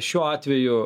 šiuo atveju